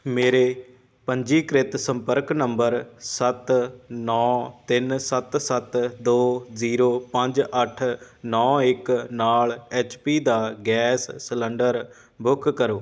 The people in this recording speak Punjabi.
ਮੇਰੇ ਪੰਜੀਕ੍ਰਿਤ ਸੰਪਰਕ ਨੰਬਰ ਸੱਤ ਨੌ ਤਿੰਨ ਸੱਤ ਸੱਤ ਦੋ ਜ਼ੀਰੋ ਪੰਜ ਅੱਠ ਨੌ ਇੱਕ ਨਾਲ ਐੱਚ ਪੀ ਦਾ ਗੈਸ ਸਿਲੰਡਰ ਬੁੱਕ ਕਰੋ